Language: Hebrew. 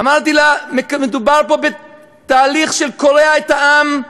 אמרתי לה: מדובר פה בתהליך שקורע את העם,